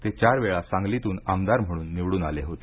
ते चार वेळा सांगलीतून आमदार म्हणून निवडून आले होते